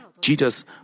Jesus